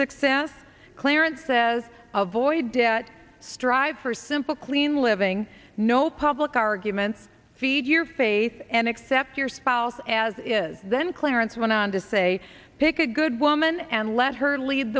success clarence says of void debt strive for simple clean living no public arguments feed your faith and accept your spouse as it is then clarence went on to say pick a good woman and let her lea